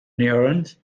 neurons